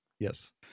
yes